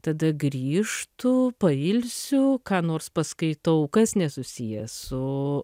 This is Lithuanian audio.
tada grįžtu pailsiu ką nors paskaitau kas nesusiję su